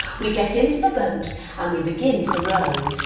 we get into the boat and we begin to row.